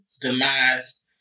demise